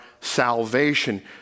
salvation